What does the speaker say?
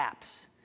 apps